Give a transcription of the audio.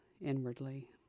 inwardly